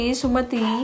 sumati